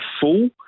full